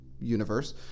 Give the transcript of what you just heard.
universe